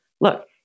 Look